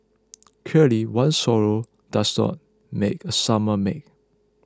clearly one swallow does not made a summer make